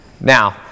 Now